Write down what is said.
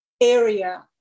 area